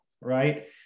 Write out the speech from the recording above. right